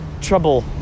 trouble